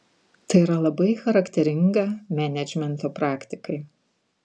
tai yra labai charakteringa menedžmento praktikai